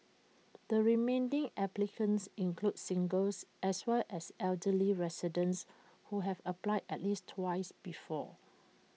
the remaining applicants include singles as well as elderly residents who have applied at least twice before